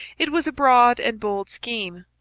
it was a broad and bold scheme.